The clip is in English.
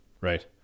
right